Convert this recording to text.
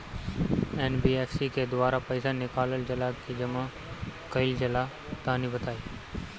NBFC के द्वारा पईसा निकालल जला की जमा कइल जला तनि बताई?